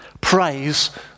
Praise